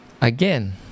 again